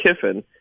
kiffin